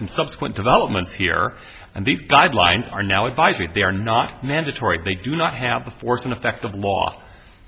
some subsequent developments here and these guidelines are now advisory they are not mandatory they do not have the force and effect of law